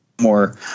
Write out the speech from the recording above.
more